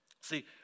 See